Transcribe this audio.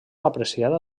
apreciada